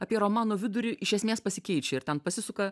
apie romano vidurį iš esmės pasikeičia ir ten pasisuka